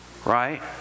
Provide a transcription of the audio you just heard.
Right